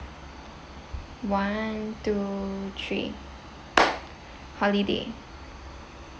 one two three holiday